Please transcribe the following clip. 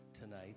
tonight